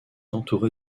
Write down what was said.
entouré